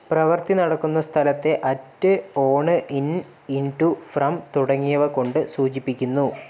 പ്രവൃത്തി നടക്കുന്ന സ്ഥലത്തെ at on in into from തുടങ്ങിയവ കൊണ്ട് സൂചിപ്പിക്കുന്നു